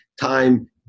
time